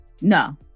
No